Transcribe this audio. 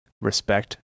respect